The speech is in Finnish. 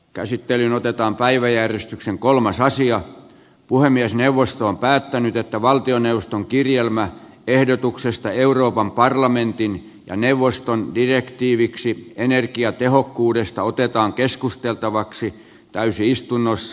käsittelyyn otetaan päiväjärjestyksen kolmas saisio puhemiesneuvosto on päättänyt että valtioneuvoston kirjelmä ehdotuksesta euroopan parlamentin ja neuvoston direktiiviksi energiatehokkuudesta otetaan keskusteltavaksi täysistunnossa